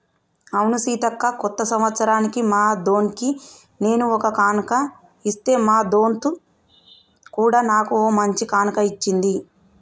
అవును సీతక్క కొత్త సంవత్సరానికి మా దొన్కి నేను ఒక కానుక ఇస్తే మా దొంత్ కూడా నాకు ఓ మంచి కానుక ఇచ్చింది